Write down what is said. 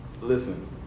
listen